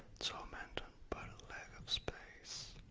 so um and but and lack of space.